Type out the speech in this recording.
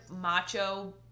macho